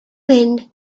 wind